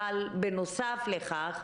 אבל בנוסף לכך,